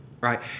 Right